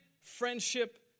friendship